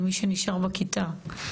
על מי שנשאר בכיתה.